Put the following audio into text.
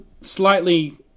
Slightly